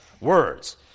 words